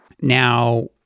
Now